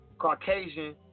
Caucasian